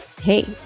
hey